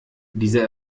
dieser